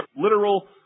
literal